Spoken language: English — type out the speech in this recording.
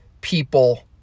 people